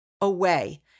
away